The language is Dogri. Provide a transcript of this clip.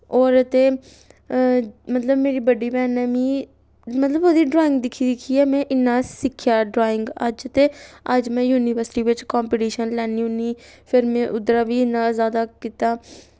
होर ते मतलब मेरी बड्डी भैन ने मी मतलब ओह्दी ड्राइंग दिक्खी दिक्खियै में इन्ना सिक्खेआ ड्राइंग अज्ज ते अज्ज में यूनिवर्सिटी बिच्च कंपीटीशन लैन्नी होन्नीं फिर में उद्धरा बी इन्ना जैदा कीता